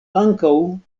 ankaŭ